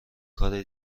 کار